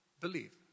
believe